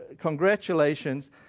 congratulations